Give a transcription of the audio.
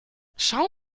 schau